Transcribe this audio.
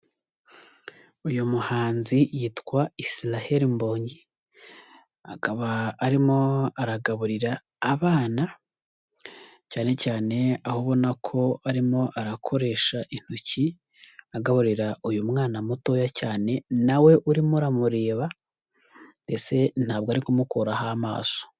Uyu muhanzi yitwa Israel Mbonyi, akaba arimo aragaburira abana cyane cyane aho ubona ko arimo arakoresha intoki agaburira uyu mwana mutoya cyane, nawe urimo uramureba mbese ntabwo ari kumukuraho amaso.